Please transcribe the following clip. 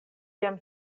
jam